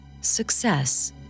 success